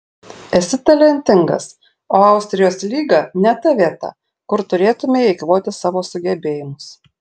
esi talentingas o austrijos lyga ne ta vieta kur turėtumei eikvoti savo sugebėjimus